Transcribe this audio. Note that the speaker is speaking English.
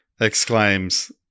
exclaims